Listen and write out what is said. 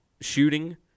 shooting